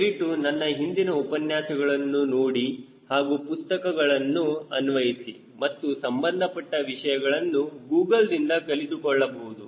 ದಯವಿಟ್ಟು ನನ್ನ ಹಿಂದಿನ ಉಪನ್ಯಾಸಗಳನ್ನು ನೋಡಿ ಹಾಗೂ ಪುಸ್ತಕಗಳನ್ನು ಅನ್ವಯಿಸಿ ಮತ್ತು ಸಂಬಂಧಪಟ್ಟ ವಿಷಯಗಳನ್ನು ಗೂಗಲ್ ದಿಂದ ಕಲಿತುಕೊಳ್ಳಬಹುದು